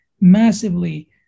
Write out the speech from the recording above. massively